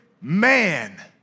man